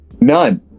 None